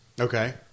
Okay